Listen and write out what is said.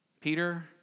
Peter